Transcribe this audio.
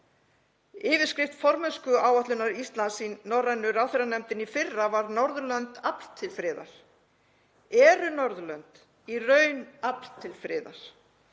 Yfirskrift formennskuáætlunar Íslands í norrænu ráðherranefndinni í fyrra var Norðurlönd – afl til friðar. Eru Norðurlönd í raun afl til friðar?